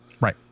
right